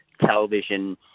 television